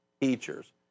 teachers